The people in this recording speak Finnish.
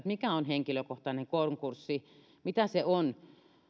mikä on henkilökohtainen konkurssi mitä se on